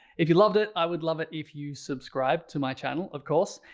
if you loved it, i would love it if you subscribe to my channel, of course.